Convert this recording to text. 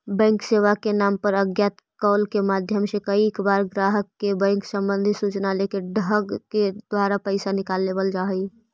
bank सेवा के नाम पर अज्ञात कॉल के माध्यम से कईक बार ग्राहक के बैंक संबंधी सूचना लेके ठग के द्वारा पैसा निकाल लेवल जा हइ